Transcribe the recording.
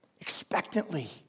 expectantly